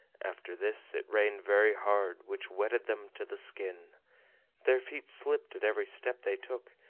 after this, it rained very hard, which wetted them to the skin their feet slipped at every step they took,